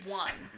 one